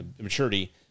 maturity